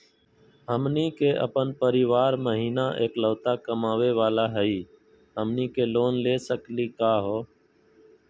हमनी के अपन परीवार महिना एकलौता कमावे वाला हई, हमनी के लोन ले सकली का हो?